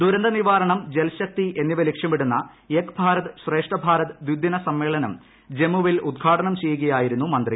ദുരന്തനിവാരണം ജൽശക്തി എന്നിവ ലക്ഷ്യമിടുന്ന ഏക് ഭാരത് ശ്രേഷ്ഠ ഭാരത് ദിദിന സമ്മേളനം ജമ്മുവിൽ ഉദ്ഘാടനം ചെയ്യുകയായിരുന്നു മന്ത്രി